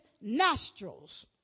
nostrils